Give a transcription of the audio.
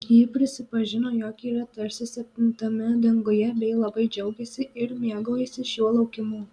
ji prisipažino jog yra tarsi septintame danguje bei labai džiaugiasi ir mėgaujasi šiuo laukimu